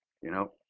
you know?